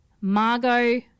Margot